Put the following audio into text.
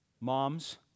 Moms